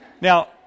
Now